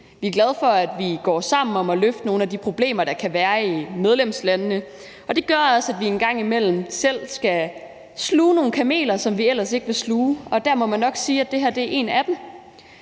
Vi er glade for, at vi går sammen om at løfte nogle af de problemer, der kan være i medlemslandene. Det betyder også, at vi engang imellem selv skal sluge nogle kameler, som vi ellers ikke ville sluge, og der må man nok sige, at det her er en af dem.